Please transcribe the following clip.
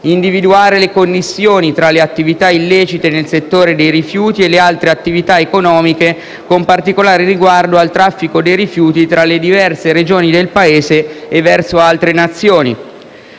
individuare le connessioni tra le attività illecite nel settore dei rifiuti e le altre attività economiche, con particolare riguardo al traffico dei rifiuti tra le diverse Regioni del Paese e verso altre Nazioni;